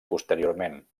posteriorment